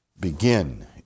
begin